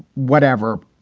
whatever.